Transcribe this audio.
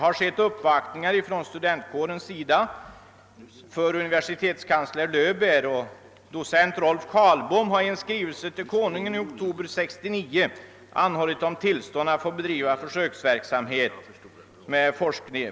Universitetskansler Löwbeer har uppvaktats i denna fråga av studentkåren, och docent Rolf Karlbom har i en skrivelse till Konungen i oktober 1969 anhållit om tillstånd att få bedriva försöksverksamhet med